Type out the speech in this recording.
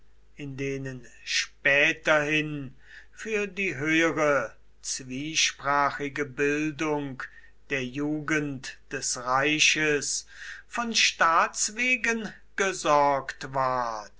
in denen späterhin für die höhere zwiesprachige bildung der jugend des reiches von staats wegen gesorgt ward